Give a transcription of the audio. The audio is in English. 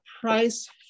price